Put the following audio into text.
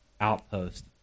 outpost